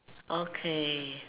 okay